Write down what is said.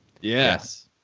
Yes